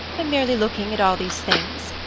i am merely looking at all these things.